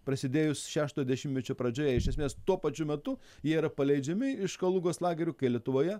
prasidėjus šešto dešimtmečio pradžioje iš esmės tuo pačiu metu jie yra paleidžiami iš kalugos lagerių kai lietuvoje